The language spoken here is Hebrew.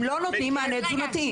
הם לא נותנים מענה תזונתי.